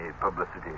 publicity